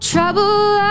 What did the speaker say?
Trouble